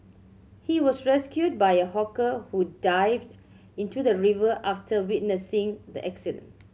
he was rescued by a hawker who dived into the river after witnessing the accident